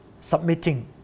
submitting